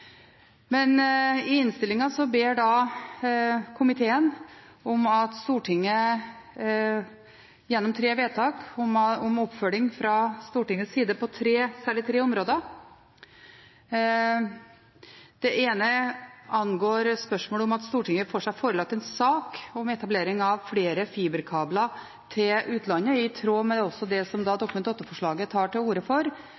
i saken. I innstillingen ber komiteen fra Stortingets side, gjennom tre forslag til vedtak, om oppfølging på særlig tre områder. I det ene ber man om at Stortinget får seg forelagt en sak om etablering av flere fiberkabler til utlandet, i tråd med det som Dokument 8-forslaget tar til orde for